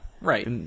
right